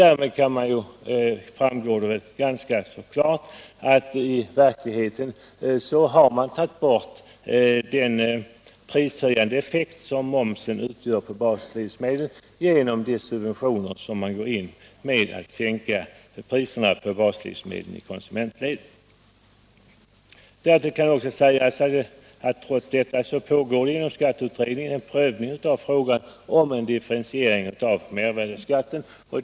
Därav framgår väl ganska klart att man i verkligheten har tagit bort den prishöjande effekt som momsen har för baslivsmedel genom de subventioner med vilka man sänker priserna på baslivsmedlen i konsumentledet. Trots detta pågår inom skatteutredningen en prövning av frågan om en differentiering av mervärdeskatten.